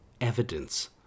evidence